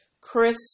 Chris